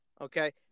okay